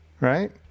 Right